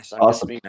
awesome